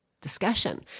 discussion